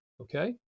okay